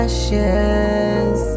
Ashes